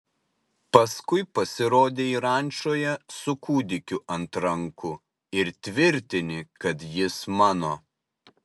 paskui pasirodei rančoje su kūdikiu ant rankų ir tvirtini kad jis mano